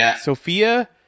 Sophia